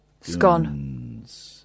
Scones